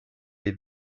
les